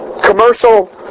commercial